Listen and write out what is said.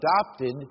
adopted